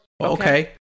Okay